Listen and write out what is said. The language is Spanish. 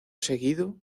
seguido